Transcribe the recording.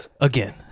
again